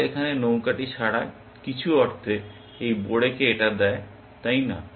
লাল এখানে নৌকাটি সরায় কিছু অর্থে এই বোড়েকে এটা দেয় তাই না